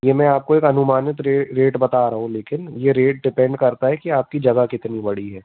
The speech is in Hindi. ये मैं आपको एक अनुमानित रेट रेट बता रहा हूँ लेकिन ये रेट डिपेंड करता है कि आपकी जगह कितनी बड़ी है